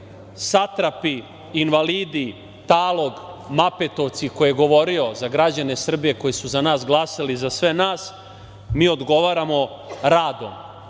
satrapi, invalidi, talog, mapetovci, koje je govorio za građane Srbije koji su za nas glasali, za sve nas, mi odgovaramo radom,